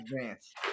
Advance